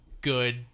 good